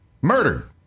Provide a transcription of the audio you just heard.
murdered